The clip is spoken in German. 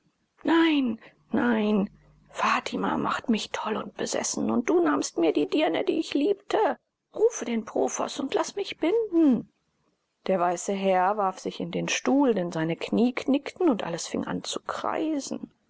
nein nein fatima machte mich toll und besessen und du nahmst mir die dirne die ich liebte rufe den profoß und laß mich binden der weiße herr warf sich in den stuhl denn seine knie knickten und alles fing an zu kreisen